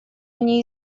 они